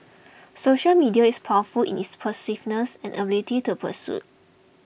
social media is powerful in its pervasiveness and ability to persuade